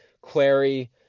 Clary